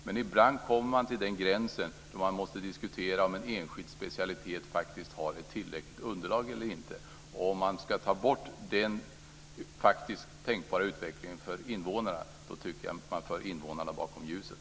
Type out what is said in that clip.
Men ibland kommer man till den gränsen då man måste diskutera om en enskild specialitet har ett tillräckligt underlag. Om man ska ta bort den tänkbara utvecklingen för invånarna, tycker jag att man för invånarna bakom ljuset.